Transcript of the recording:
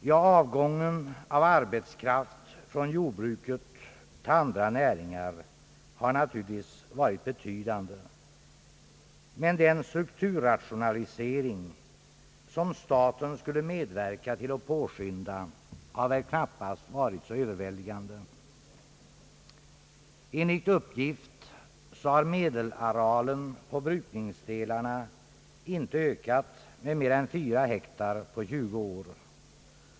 Ja, avgången av arbetskraft från jordbruket till andra näringar har naturligtvis varit betydande. Men den strukturrationalisering som staten skulle medverka till har väl knappast varit överväldigande. Enligt uppgift har medelarealen på brukningsdelarna inte ökat med mer än fyra hektar på 20 år.